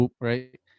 right